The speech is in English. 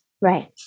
Right